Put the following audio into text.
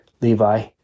Levi